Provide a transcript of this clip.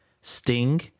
Sting